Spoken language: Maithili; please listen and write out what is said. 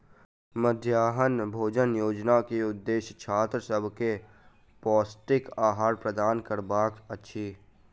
मध्याह्न भोजन योजना के उदेश्य छात्र सभ के पौष्टिक आहार प्रदान करबाक अछि